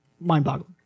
mind-boggling